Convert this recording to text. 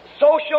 social